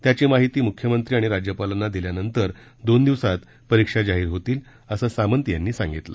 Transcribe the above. त्याची माहिती मुख्यमंत्री आणि राज्यपालांना दिल्यानंतर दोन दिवसांत परीक्षा जाहीर होतील असं सामंत यांनी सांगितलं